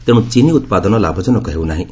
ତେଣୁ ଚିନି ଉତ୍ପାଦନ ଲାଭଜନକ ହେଉ ନାହିଁ